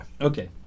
Okay